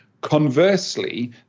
Conversely